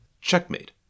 Checkmate